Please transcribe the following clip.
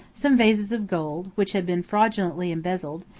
some vases of gold, which had been fraudulently embezzled,